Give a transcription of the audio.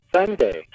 Sunday